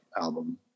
album